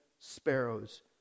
sparrows